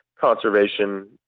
conservation